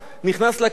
נכנס לכלא,